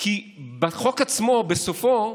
כי בחוק עצמו, בסופו,